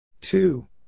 Two